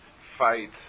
fight